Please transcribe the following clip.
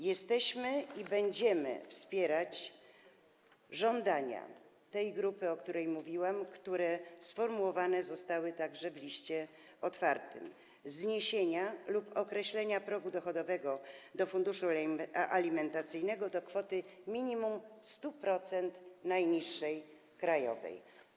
Jesteśmy i będziemy wspierać żądania tej grupy, o której mówiłam, które sformułowane zostały także w liście otwartym, dotyczące zniesienia lub określenia progu dochodowego funduszu alimentacyjnego do kwoty minimum 100% najniższej krajowej.